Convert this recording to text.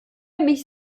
mich